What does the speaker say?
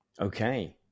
okay